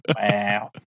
Wow